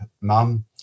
mum